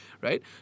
Right